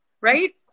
right